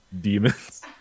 demons